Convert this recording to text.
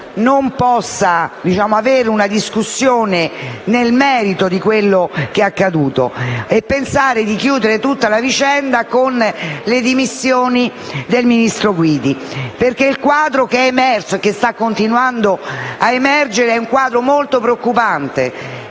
non possa avere una discussione nel merito di quanto accaduto e pensare di chiudere tutta la vicenda con le dimissioni del ministro Guidi. Il quadro che è emerso, e che sta continuando ad emergere, è il quadro molto preoccupante